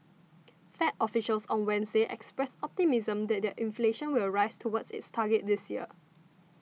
fed officials on Wednesday expressed optimism that inflation will rise toward its target this year